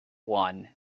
one